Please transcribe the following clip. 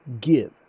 give